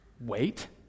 wait